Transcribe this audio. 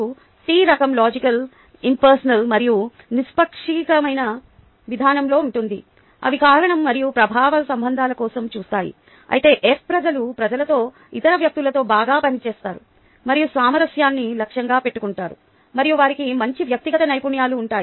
T రకం logical impersonal మరియు నిష్పాక్షికమైన విధానంలో ఉంటుంది అవి కారణం మరియు ప్రభావ సంబంధాల కోసం చూస్తాయి అయితే F ప్రజలు ప్రజలతో ఇతర వ్యక్తులతో బాగా పనిచేస్తారు మరియు సామరస్యాన్ని లక్ష్యంగా పెట్టుకుంటారు మరియు వారికి మంచి వ్యక్తిగత నైపుణ్యాలు ఉంటాయి